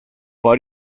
poi